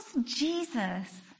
Jesus